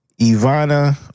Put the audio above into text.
Ivana